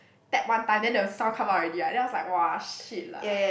tap one time then the sound come out already ah then I was like shit lah